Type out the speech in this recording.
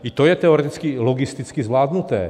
I to je teoreticky logisticky zvládnuté.